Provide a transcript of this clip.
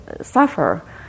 suffer